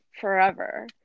forever